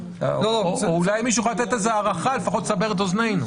אולי מישהו יכול לתת הערכה, לסבר את אוזנינו.